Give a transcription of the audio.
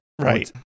right